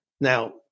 Now